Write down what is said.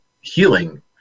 healing